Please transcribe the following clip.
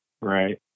Right